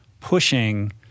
pushing